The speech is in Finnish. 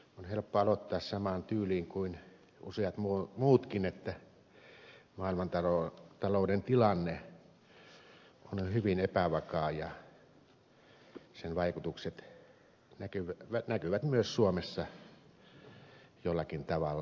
on helppo aloittaa samaan tyyliin kuin useat muutkin että maailmantalouden tilanne on hyvin epävakaa ja sen vaikutukset näkyvät myös suomessa jollakin tavalla